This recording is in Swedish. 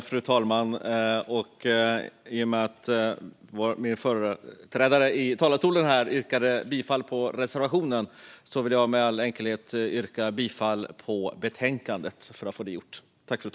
Fru talman! I och med att min företrädare i talarstolen yrkade bifall till reservationen vill jag i all enkelhet yrka bifall till utskottets förslag i betänkandet.